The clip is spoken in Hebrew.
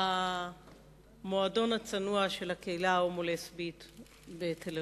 במועדון הצנוע של הקהילה ההומו-לסבית בתל-אביב.